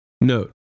Note